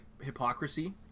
hypocrisy